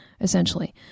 essentially